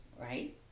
right